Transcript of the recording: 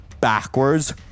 backwards